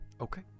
Okay